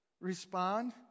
respond